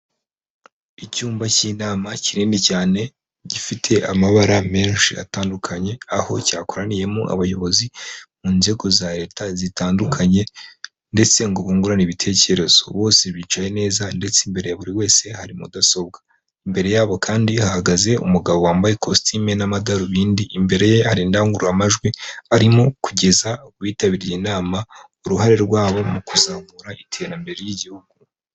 Icyumba cy'inama kinini cyane, gifite amabara menshi atandukanye, aho cyakoraniyemo abayobozi mu nzego za leta zitandukanye ndetse bungurane ibitekerezo, bose bicaye neza ndetse imbere buri wese hari mudasobwa, imbere yabo kandi hahagaze umugabo wambaye ikositime n'amadarubindi, imbere ye hari indangururamajwi arimo kugeza yitabiriye inama, uruhare rwabo mu kuzamura iterambere ry'igihugu.